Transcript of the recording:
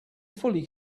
fully